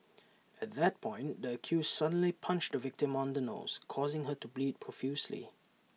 at that point the accused suddenly punched the victim on the nose causing her to bleed profusely